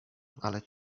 ale